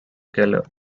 keller